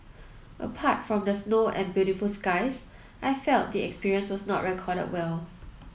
apart from the snow and beautiful skies I felt the experience was not recorded well